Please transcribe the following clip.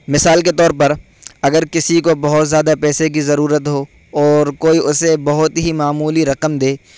مثال کے طور پر اکر کسی کو بہت زیادہ پیسے کی ضرورت ہو اور کوئی اسے بہت ہی معمولی رقم دے